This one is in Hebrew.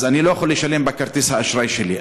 אז אני לא יכול לשלם בכרטיס האשראי שלי.